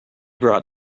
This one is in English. brought